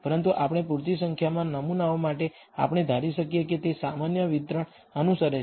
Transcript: પરંતુ આપણે પૂરતી સંખ્યામાં નમૂનાઓ માટે આપણે ધારી શકીએ કે તે સામાન્ય વિતરણને અનુસરે છે